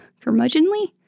curmudgeonly